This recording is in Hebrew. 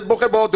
הילד בוכה באוטו,